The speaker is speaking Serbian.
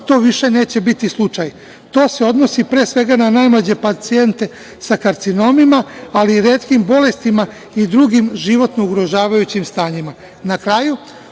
to viće neće biti slučaj. To se odnosi, pre svega, na najmlađe pacijente sa karcinomima, ali i retkim bolestima i drugim životno ugrožavajućim stanjima. Na